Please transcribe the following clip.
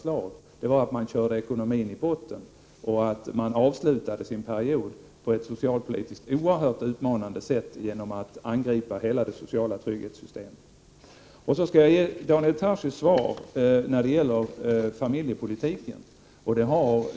Vi kritiserade de borgerliga regeringarna för att de körde ekonomin i botten och för att de avslutade sin period på ett socialpolitiskt oerhört utmanande sätt genom att angripa hela det sociala trygghetssystemet. Jag skall även svara på Daniel Tarschys fråga om familjepolitiken.